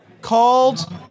called